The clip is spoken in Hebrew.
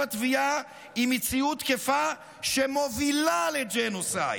התביעה היא מציאות תקפה שמובילה לג'נוסייד.